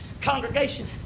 congregation